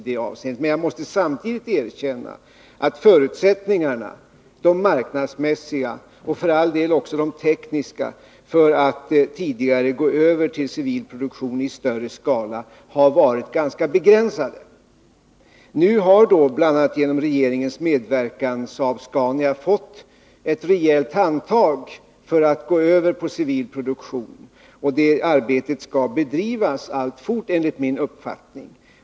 Men jag måste samtidigt erkänna att förutsättningarna — de marknadsmässiga och, för all del, också de tekniska — för att tidigare gå över till civil produktion i större skala har varit ganska begränsade. Nu har bl.a. genom regeringens medverkan Saab-Scania fått ett rejält handtag för att gå över till civil produktion, och det arbetet skall enligt uppgift bedrivas alltfort.